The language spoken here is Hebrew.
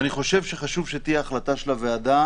אני חושב שחשוב שתהיה החלטה של הוועדה,